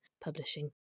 Publishing